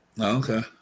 Okay